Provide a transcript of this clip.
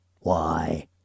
Why